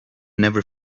never